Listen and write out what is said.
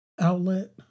Outlet